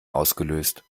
ausgelöst